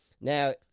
Now